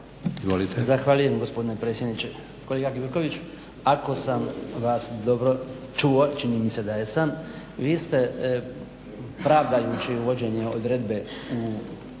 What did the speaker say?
Zahvaljujem gospodine predsjedniče. Kolega Gjurković, ako sam vas dobro čuo, čini mi se da jesam, vi ste pravdajući uvođenje odredbe